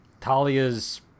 Talia's